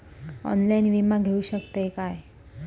Online विमा घेऊ शकतय का?